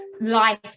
life